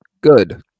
good